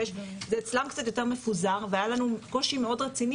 זה אצלם קצת יותר מפוזר והיה לנו קושי מאוד רציני